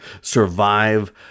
survive